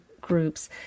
groups